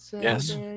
Yes